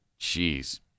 Jeez